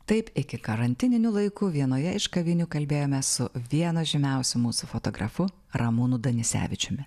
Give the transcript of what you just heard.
taip iki karantininių laiku vienoje iš kavinių kalbėjomės su vienu žymiausių mūsų fotografu ramūnu danisevičiumi